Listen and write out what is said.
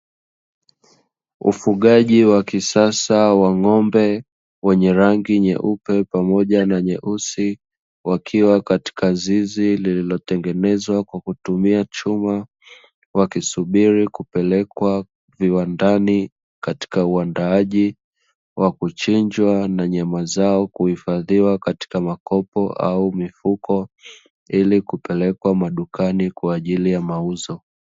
Ufugaji wa kisasa wa ng'ombe wenye rangi nyeupe pamoja na nyeusi wakiwa katika zizi lililotengenezwa kwa kutumia chuma. Ng'ombe hao hupelekwa viwandani kwa kuchinjwa na nyama zao kuhifadhiwa katika makopo au mifuko na kupelekwa madukan kwa ajili ya mauzo.